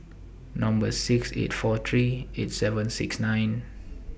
Number six eight four three eight seven six nine